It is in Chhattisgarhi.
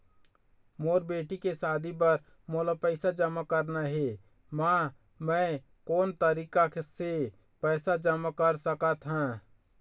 मोर बेटी के शादी बर मोला पैसा जमा करना हे, म मैं कोन तरीका से पैसा जमा कर सकत ह?